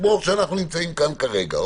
כמו שאנחנו נמצאים כאן כרגע.